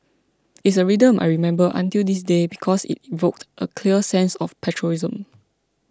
it's a rhythm I remember until this day because it evoked a clear sense of patriotism